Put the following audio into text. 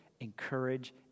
encourage